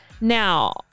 Now